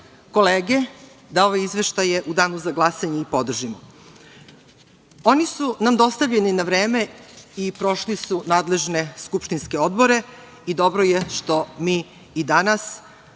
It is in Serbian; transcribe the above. kolege da ove izveštaje u danu za glasanje podržimo. Oni su nam dostavljeni na vreme i prošli su nadležne skupštinske odbore i dobre je što mi danas